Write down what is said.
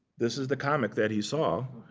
this is the comic that he saw.